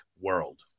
world